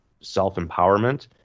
self-empowerment